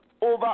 over